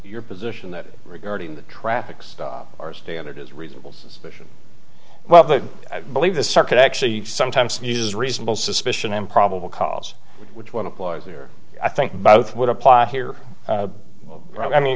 your position that regarding the traffic's or standard is reasonable suspicion well the i believe the circuit actually sometimes uses reasonable suspicion and probable cause which one applies here i think both would apply here i mean